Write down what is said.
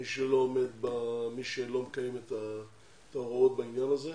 מי שלא מקיים את ההוראות בעניין הזה.